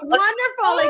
wonderful